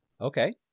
Okay